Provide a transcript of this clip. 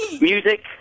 music